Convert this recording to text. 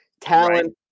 talent